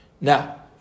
Now